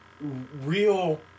real